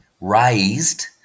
raised